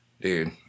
dude